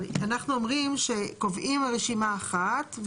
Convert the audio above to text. אבל אם אנחנו אומרים שקובעים רשימה אחת.